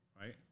right